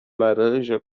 laranja